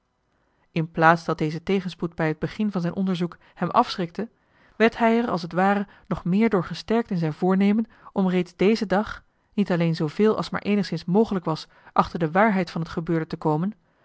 in plaats dat deze tegenspoed bij het begin van zijn onderzoek hem afschrikte werd hij er als t ware nog meer door gesterkt in zijn voornemen om reeds dezen dag niet alleen zooveel als maar eenigszins mogelijk was achter de waarheid van het gebeurde te komen